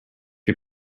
you